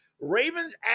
Ravens